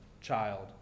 child